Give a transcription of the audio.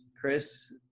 Chris